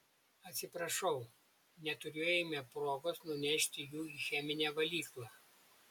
atsiprašau neturėjome progos nunešti jų į cheminę valyklą